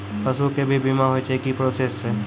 पसु के भी बीमा होय छै, की प्रोसेस छै?